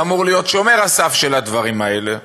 שאמור להיות שומר הסף של הדברים האלה,